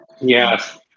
Yes